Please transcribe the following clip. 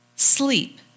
Sleep